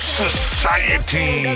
society